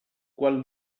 quan